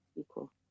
equal